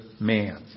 man